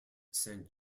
saint